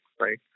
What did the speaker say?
right